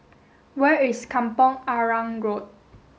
where is Kampong Arang Road